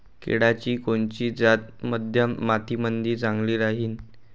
केळाची कोनची जात मध्यम मातीमंदी चांगली राहिन?